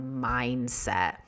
mindset